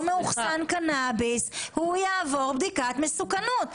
מאוחסן קנאביס הוא יעבור בדיקת מסוכנות.